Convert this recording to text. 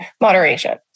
moderation